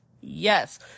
Yes